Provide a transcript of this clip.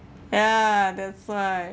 ya that's why